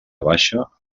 baixa